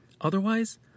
Otherwise